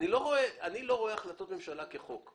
אני לא רואה החלטות ממשלה כחוק.